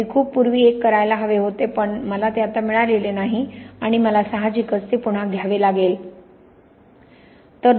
मी खूप पूर्वी एक करायला हवे होते पण मला ते आता मिळालेले नाही आणि मला साहजिकच ते पुन्हा घ्यावे लागेल